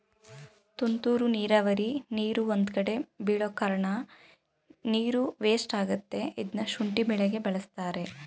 ತುಂತುರು ನೀರಾವರಿ ನೀರು ಒಂದ್ಕಡೆ ಬೀಳೋಕಾರ್ಣ ನೀರು ವೇಸ್ಟ್ ಆಗತ್ತೆ ಇದ್ನ ಶುಂಠಿ ಬೆಳೆಗೆ ಬಳಸ್ತಾರೆ